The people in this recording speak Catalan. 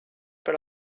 per